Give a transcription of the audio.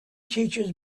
teaches